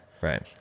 right